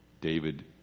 David